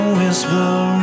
whisper